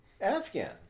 Afghan